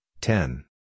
ten